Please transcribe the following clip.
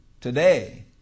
today